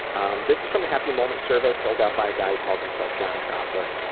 um this is from the happy moments survey filled out by a guy who calls himself johnny doppler.